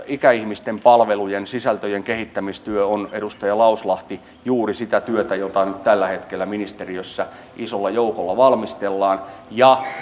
ikäihmisten palvelujen sisältöjen kehittämistyö on edustaja lauslahti juuri sitä työtä jota nyt tällä hetkellä ministeriössä isolla joukolla valmistellaan ja